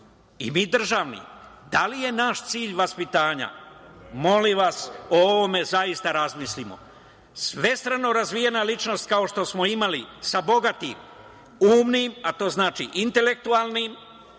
i mi državni. Da li je naš cilj vaspitanje? Molim, o ovome zaista razmislite, svestrano razvijena ličnost kao što smo imali sa bogatim umnim, a to znači intelektualnim,